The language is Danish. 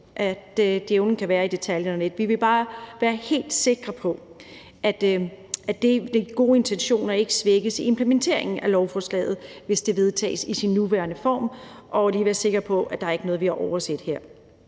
djævelen kan være i detaljen, og vi vil bare lige være helt sikre på, at de gode intentioner ikke svækkes i implementeringen af lovforslaget, hvis det vedtages i sin nuværende form, og være sikre på, at der her ikke er noget, vi har overset.